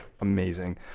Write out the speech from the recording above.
Amazing